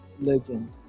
Legend